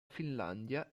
finlandia